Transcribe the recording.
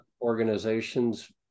organizations